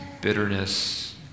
bitterness